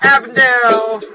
Avondale